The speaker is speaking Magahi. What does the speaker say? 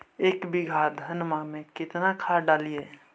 एक बीघा धन्मा में केतना खाद डालिए?